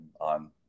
on